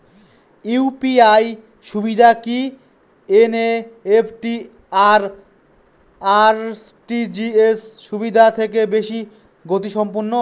UPI সুবিধা কি NEFT আর আর.টি.জি.এস সুবিধা থেকে বেশি গতিসম্পন্ন?